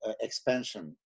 expansion